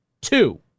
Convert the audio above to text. two